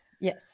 Yes